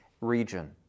region